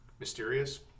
mysterious